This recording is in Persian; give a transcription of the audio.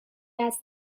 است